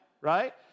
right